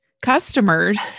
customers